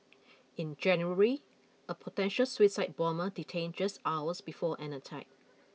in January a potential suicide bomber detained just hours before an attack